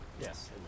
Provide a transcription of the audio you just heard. Yes